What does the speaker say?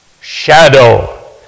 shadow